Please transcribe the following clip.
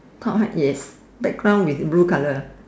com~ yes background with blue colour